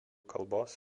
kalbos